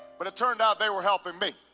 but it turned out they were helping me.